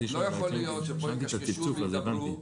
לא יכול להיות שפה יקשקשו וידברו.